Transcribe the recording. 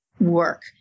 work